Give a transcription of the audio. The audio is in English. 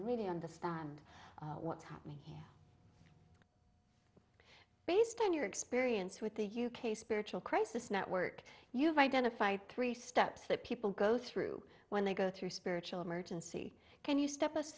really understand what's happening based on your experience with the u k spiritual crisis network you've identified three steps that people go through when they go through spiritual emergency can you step us